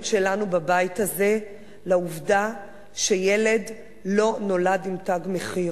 שלנו בבית הזה לעובדה שילד לא נולד עם תג מחיר.